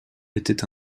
était